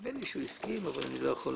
נדמה לי שהוא הסכים אבל אני לא יכול